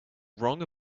wrong